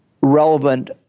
relevant